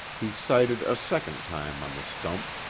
he sighted a second time on the stump,